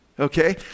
Okay